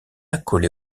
accolé